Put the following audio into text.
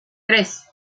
tres